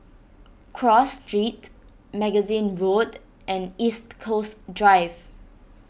Cross Street Magazine Road and East Coast Drive